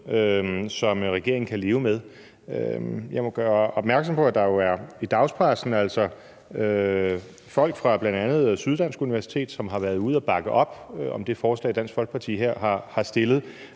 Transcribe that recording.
som regeringen kan leve med? Jeg må gøre opmærksom på, at der jo i dagspressen er folk fra bl.a. Syddansk Universitet, som har været ude at bakke op om det forslag, Dansk Folkeparti her har fremsat